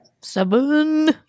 Seven